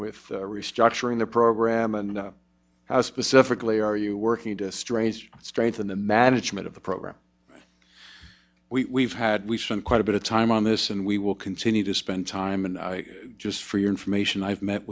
with restructuring the program and how specifically are you working to strange strains in the management of the program we have had we spent quite a bit of time on this and we will continue to spend time and just for your information i've met